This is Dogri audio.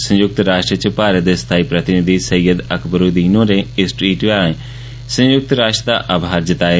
संयुक्त राश्ट्र च भारत दे स्थाई प्रतिनिधि सैय्यद अकबरूद्दीन होरे इक टवीट् दे राएं संयुक्त राश्ट्र दा आभार जताया